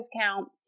discount